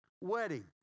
wedding